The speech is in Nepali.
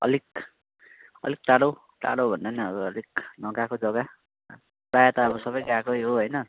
अलिक अलिक टाढो टाढोभन्दा नि अलिक नगएको जग्गा प्रायः त अब सबै गएकै हो होइन